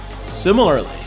Similarly